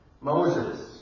Moses